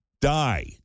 die